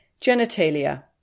Genitalia